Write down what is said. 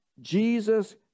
Jesus